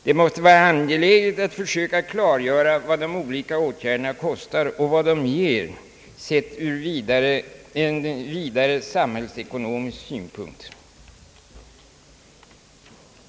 Det måste vara angeläget att försöka klargöra vad de olika åtgärderna kostar och vad de ger sett ur en vidare samhällsekonomisk synpunkt.